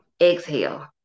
exhale